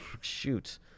shoot